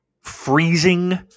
freezing